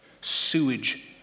sewage